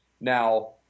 now